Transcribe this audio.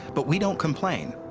but we don't complain.